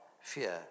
fear